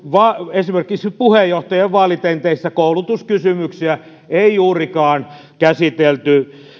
esimerkiksi eri tv kanavien puheenjohtajien vaalitenteissä koulutuskysymyksiä ei juurikaan käsitelty